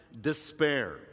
despair